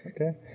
okay